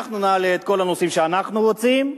אנחנו נעלה את כל הנושאים שאנחנו רוצים,